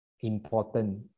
important